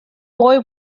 boy